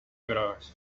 gros